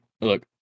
Look